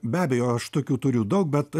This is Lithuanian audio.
be abejo aš tokių turiu daug bet